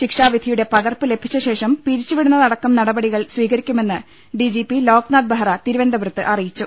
ശിക്ഷാവിധിയുടെ പകർപ്പ് ലഭിച്ചശേഷം പിരിച്ചുവിടുന്നതടക്കം നടപടികൾ സ്വീകരിക്കുമെന്ന് D G P Loknath Behera തിരുവനന്തപുരത്ത് അറിയിച്ചു